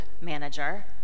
manager